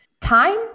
Time